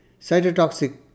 Cytotoxic